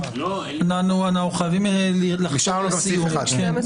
אנחנו חייבים לחתור לסיום.